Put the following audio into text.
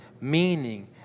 meaning